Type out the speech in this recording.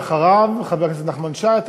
לאחריו, חבר הכנסת נחמן שי.